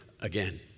again